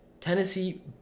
Tennessee